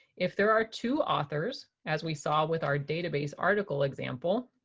if there are two authors, as we saw with our database article example,